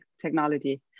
technology